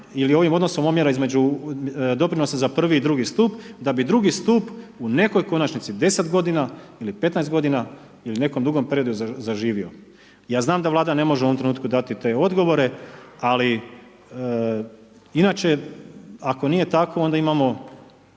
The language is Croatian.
ili ovim omjerom odnosa između doprinosa za prvi i drugi stup da bi drugi stup u nekoj konačnici 10 godina ili 15 godina ili nekom drugom periodu zaživio. Ja znam da Vlada ne može u ovom trenutku dati te odgovore, ali inače ako nije tako onda imamo